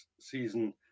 season